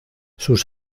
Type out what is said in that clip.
sus